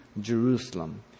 Jerusalem